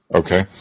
okay